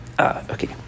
Okay